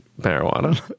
marijuana